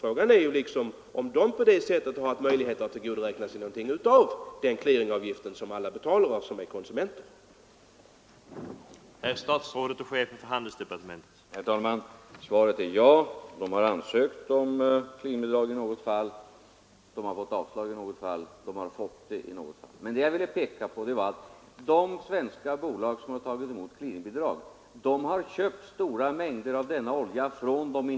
Frågan är alltså om de på det sättet har haft möjlighet att tillgodogöra sig någonting av den clearingavgift som alla konsumenter betalar.